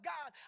God